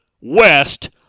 West